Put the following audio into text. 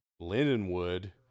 Lindenwood